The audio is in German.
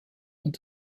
und